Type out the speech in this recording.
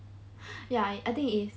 ya I think it is